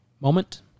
moment